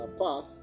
path